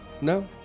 no